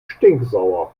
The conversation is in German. stinksauer